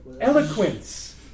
eloquence